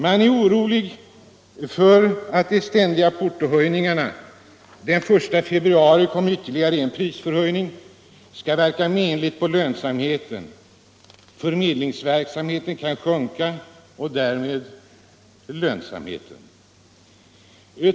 Man är orolig för att de ständiga portohöjningarna — den 1 februari kom ytterligare en prisförhöjning — skall verka menligt på lönsamheten; förmedlingsverksamheten kan då sjunka och därmed lönsamheten.